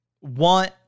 want